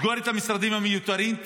תסגור את המשרדים המיותרים,